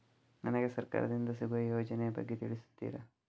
ನನಗೆ ಸರ್ಕಾರ ದಿಂದ ಸಿಗುವ ಯೋಜನೆ ಯ ಬಗ್ಗೆ ತಿಳಿಸುತ್ತೀರಾ?